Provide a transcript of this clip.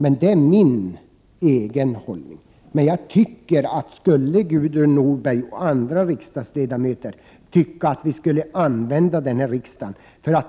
Men det är min egen hållning. Jag anser att om Gudrun Norberg och andra riksdagsledamöter tycker att vi skall använda riksdagen för att